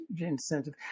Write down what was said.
incentive